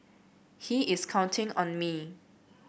he is counting on me